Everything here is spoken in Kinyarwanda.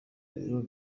birori